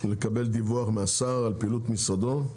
לקבל דיווח מהשר על פעילות משרדו,